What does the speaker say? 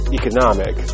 economic